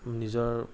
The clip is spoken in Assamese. নিজৰ